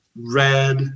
Red